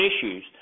issues